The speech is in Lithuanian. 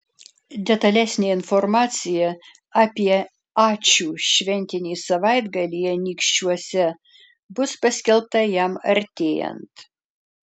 detalesnė informacija apie ačiū šventinį savaitgalį anykščiuose bus paskelbta jam artėjant